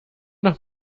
doch